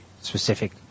specific